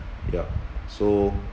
yup so